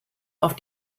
auf